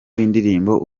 w’indirimbo